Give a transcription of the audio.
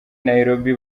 nairobi